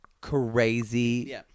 crazy